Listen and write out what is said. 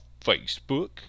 Facebook